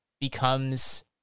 becomes